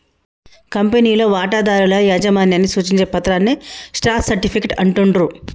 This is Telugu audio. కంపెనీలో వాటాదారుల యాజమాన్యాన్ని సూచించే పత్రాన్నే స్టాక్ సర్టిఫికేట్ అంటుండ్రు